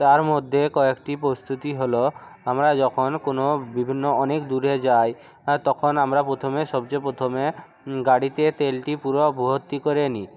তার মধ্যে কয়েকটি প্রস্তুতি হলো আমরা যখন কোনো বিভিন্ন অনেক দূরে যাই তখন আমরা প্রথমে সবচেয়ে প্রথমে গাড়িতে তেলটি পুরো ভর্তি করে নিই